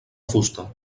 fusta